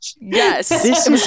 Yes